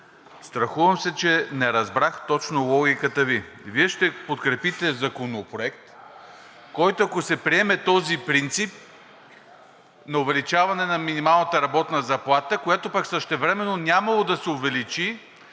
страхувам се, че не разбрах точно логиката Ви. Вие ще подкрепите Законопроект, в който, ако се приеме този принцип на увеличаване на минималната работна заплата, която пък същевременно нямало да се увеличи,